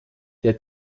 der